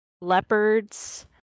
leopards